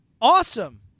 awesome